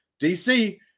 DC